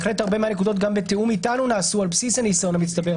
הרבה מהנקודות גם בתיאום אתנו נעשו על בסיס הניסיון המצטבר,